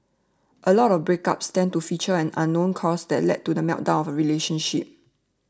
a lot of breakups tend to feature an unknown cause that lead to the meltdown of a relationship